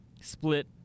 split